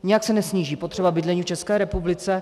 Nijak se nesníží potřeba bydlení v České republice.